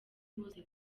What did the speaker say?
bose